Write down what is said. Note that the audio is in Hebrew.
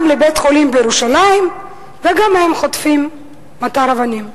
לבית-חולים בירושלים וגם הם חוטפים מטר אבנים.